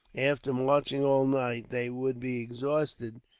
after marching all night, they would be exhausted,